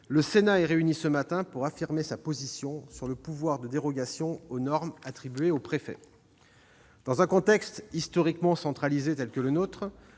le Sénat est réuni ce matin pour affirmer sa position sur le pouvoir de dérogation aux normes attribué aux préfets. Dans un pays historiquement centralisé tel que le nôtre,